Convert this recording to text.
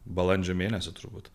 balandžio mėnesio turbūt